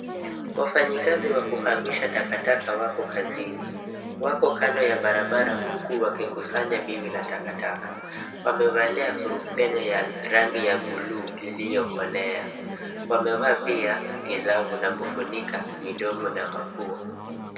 Wafanyikazi wa kuhamisha takataka wako kazini. Wako kando ya barabara huku wakikusanya biwi la takataka. Wamevalia surupwenye ya rangi ya blue iliokolea. Wamevaa pia glavu na kufunika midomo na mapua.